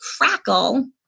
crackle